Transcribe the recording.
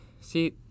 see